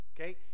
okay